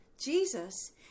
Jesus